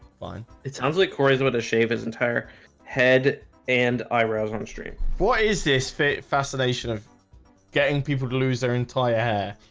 fine. it sounds like cory's with a shave his entire head and eyebrows on stream. what is this fascination of getting people to lose their entire hair?